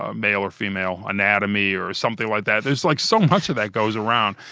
ah male or female anatomy or something like that. there's like, so much of that goes around,